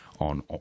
on